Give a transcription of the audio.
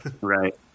Right